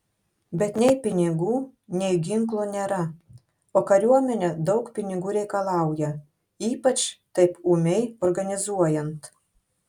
bet nei pinigų nei ginklų nėra o kariuomenė daug pinigų reikalauja ypač taip ūmiai organizuojant